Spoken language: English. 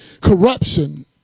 corruption